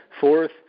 Fourth